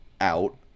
out